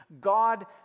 God